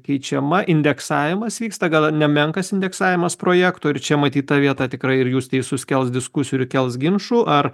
keičiama indeksavimas vyksta gal nemenkas indeksavimas projekto ir čia matyt ta vieta tikrai ir jūs teisus kels diskusijų ir kels ginčų ar